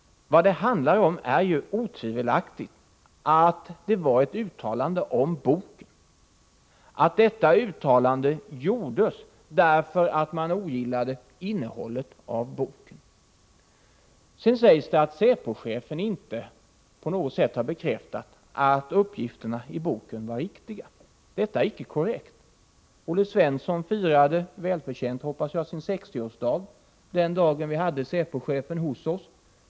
Vad det handlar om är otvivelaktigt att det gällde ett uttalande om boken och att detta uttalande gjordes därför att man ogillade innehållet i boken. Sedan sägs det att säpochefen inte på något sätt har bekräftat att uppgifterna i boken var riktiga. Detta är icke korrekt. Olle Svensson firade — välförtjänt, hoppas jag — sin 60-årsdag när vi hade säpochefen hos oss.